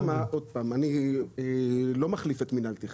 אני לא מחליף את מינהל התכנון,